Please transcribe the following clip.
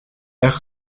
air